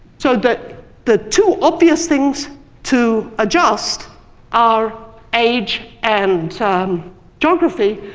so, the the two obvious things to adjust are age and geography,